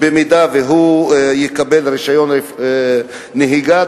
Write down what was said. אם הוא יקבל רשיון נהיגה,